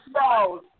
No